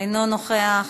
אינו נוכח,